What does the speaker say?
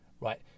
right